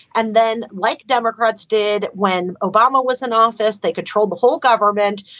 and then like democrats did when obama was in office, they controlled the whole government.